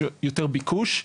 יש יותר ביקוש,